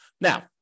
Now